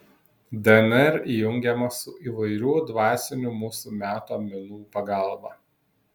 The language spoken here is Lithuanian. dnr įjungiama su įvairių dvasinių mūsų meto menų pagalba